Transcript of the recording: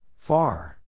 Far